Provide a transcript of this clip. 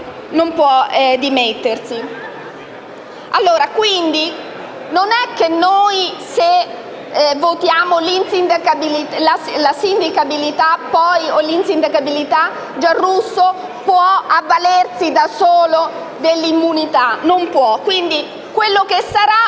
non può dimettersi.